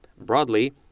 Broadly